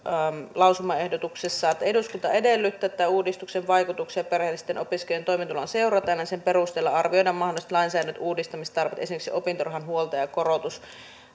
lausumaehdotuksessaan että eduskunta edellyttää että uudistuksen vaikutuksia perheellisten opiskelijoiden toimeentuloon seurataan ja sen perusteella arvioidaan mahdolliset lainsäädännön uudistamistarpeet esimerkiksi opintorahan huoltajakorotus